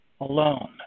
alone